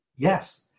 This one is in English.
Yes